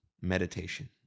meditation